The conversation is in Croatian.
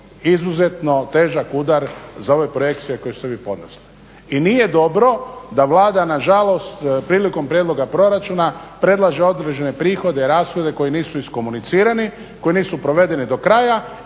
izuzetno težak udar za ove projekcije koje ste vi podnijeli. I nije dobro da Vlada nažalost prilikom prijedloga proračuna predlaže određene prihode i rashode koji nisu iskomunicirani, koji nisu provedeni do kraja.